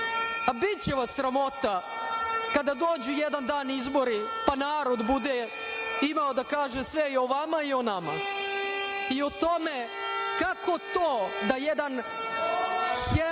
Biće vas sramota kada dođu jedan dan izbori, pa narod bude imao da kaže sve i o vama i o nama i o tome kako to da jedan